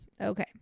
okay